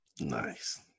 Nice